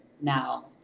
now